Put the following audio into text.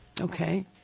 okay